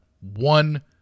one